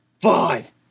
Five